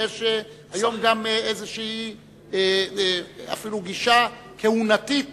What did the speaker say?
היום גם יש אפילו איזו גישה כהונתית,